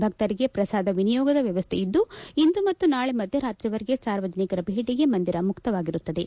ಭಕ್ತರಿಗೆ ಪ್ರಸಾದ ವಿನಿಯೋಗದ ವ್ಯವಸ್ಥೆ ಇದ್ದು ಇಂದು ಮತ್ತು ನಾಳೆ ಮಧ್ಯ ರಾತ್ರಿವರೆಗೆ ಸಾರ್ವಜನಿಕರ ಭೇಟಿಗೆ ಮಂದಿರ ಮುಕ್ತವಾಗಿರುತ್ತದೆ